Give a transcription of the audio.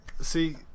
See